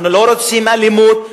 אנחנו לא רוצים אלימות,